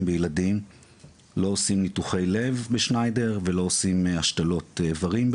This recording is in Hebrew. בילדים לא עושים ניתוחי לב בשניידר ולא עושים השתלות איברים,